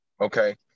Okay